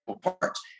parts